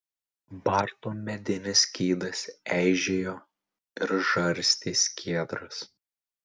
barto medinis skydas eižėjo ir žarstė skiedras